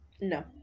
no